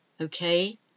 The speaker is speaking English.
okay